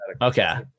Okay